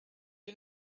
you